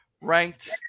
ranked